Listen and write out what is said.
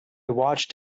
watched